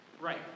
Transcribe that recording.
Right